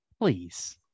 Please